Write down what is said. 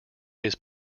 his